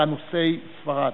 ואנוסי ספרד.